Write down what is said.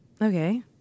okay